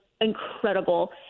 incredible